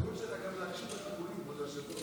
ההצעה להעביר את הצעת חוק